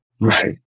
right